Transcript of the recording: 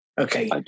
Okay